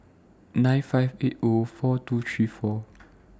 nine five eight O four two three four